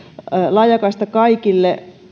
laajakaista kaikille